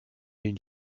une